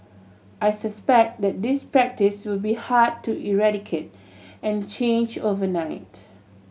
I suspect that this practice will be hard to eradicate and change overnight